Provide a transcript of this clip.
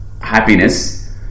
happiness